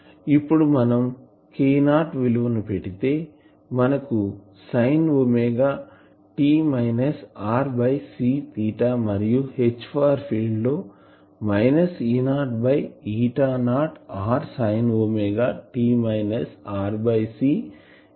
ఇప్పుడు మనం k0 విలువ పెడితే మనకు sine omega t minus r by c theta మరియు H ఫార్ ఫీల్డ్ లో minus E0 by eta naught r sine omega t minus r c ar x aq అని వస్తుంది